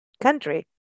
country